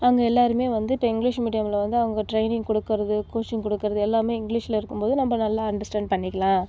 அவங்க எல்லாருமே வந்து இப்போ இங்கிலிஷ் மீடியம்ல வந்து அவங்க ட்ரைனிங் கொடுக்குறது கொஸ்டின் கொடுக்குறது எல்லாமே இங்கிலிஷில் இருக்கும்போது நம்ப நல்லா அண்டர்ஸ்டாண்ட் பண்ணிக்கலாம்